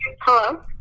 Hello